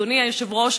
אדוני היושב-ראש,